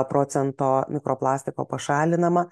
procento mikroplastiko pašalinama